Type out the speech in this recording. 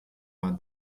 war